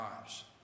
lives